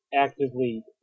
actively